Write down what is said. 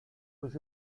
was